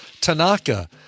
Tanaka